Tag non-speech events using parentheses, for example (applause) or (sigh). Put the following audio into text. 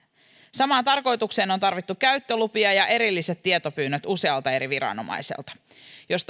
samaan tarkoitukseen on on tarvittu käyttölupia ja erilliset tietopyynnöt usealta eri viranomaiselta jos (unintelligible)